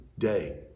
Day